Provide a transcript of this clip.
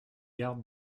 garde